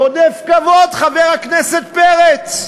רודף כבוד, חבר הכנסת פרץ.